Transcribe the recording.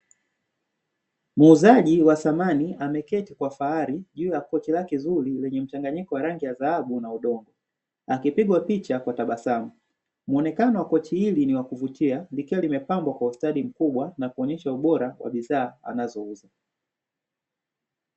Muuzaji wa samani ameketi kwa fahari juu ya kochi lake zuri lenye mkusanyiko wa rangi ya dhahabu na udongo, akipigwa picha kwa tabasamu. Muonekano wa kochi hili ni wakuvutia likiwa limepambwa kwa ustadi mkubwa na kuonyesha ubora wa bidhaa anazouza.